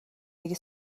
دیگه